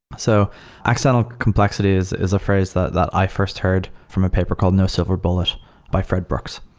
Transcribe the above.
so accidental complexities is a phrase that that i first heard from a paper called no silver bullets by fred brooks.